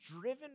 driven